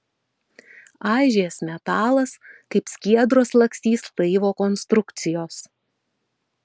aižės metalas kaip skiedros lakstys laivo konstrukcijos